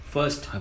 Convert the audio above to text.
First